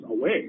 away